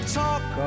talk